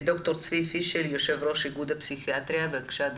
ד"ר צבי פישל, יו"ר איגוד הפסיכיאטריה בבקשה.